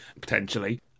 potentially